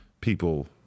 People